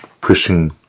pushing